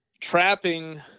trapping